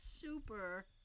Super